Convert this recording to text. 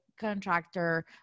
contractor